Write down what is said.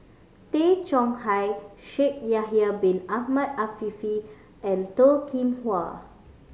Tay Chong Hai Shaikh Yahya Bin Ahmed Afifi and Toh Kim Hwa